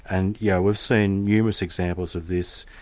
and yeah we've seen numerous examples of this,